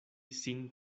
sin